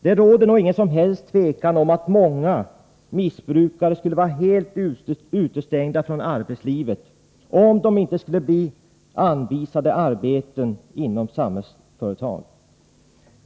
Det råder nog inget som helst tvivel om att många missbrukare skulle vara helt utestängda från arbetslivet om de inte skulle bli anvisade arbeten inom Samhällsföretag.